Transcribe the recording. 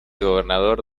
gobernador